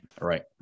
Right